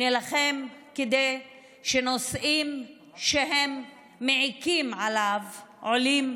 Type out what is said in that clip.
נילחם כדי שנושאים שמעיקים עליו יעלו